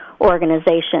organization